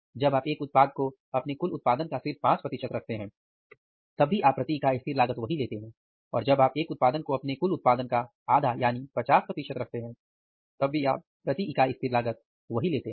जब आप एक उत्पाद को अपने कुल उत्पादन का सिर्फ 5 रखते हैं तब भी आप प्रति इकाई स्थिर लागत वही लेते हैं और जब आप एक उत्पाद को अपने कुल उत्पादन का 50 रखते हैं तब भी आप प्रति इकाई स्थिर लागत वही लेते हैं